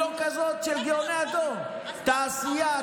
היא לא כזאת של גאוני הדור: תעשייה,